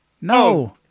No